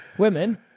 Women